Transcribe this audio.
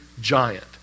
Giant